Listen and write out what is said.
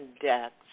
deaths